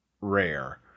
rare